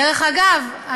דרך אגב,